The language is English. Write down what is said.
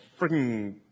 freaking